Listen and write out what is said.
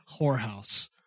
whorehouse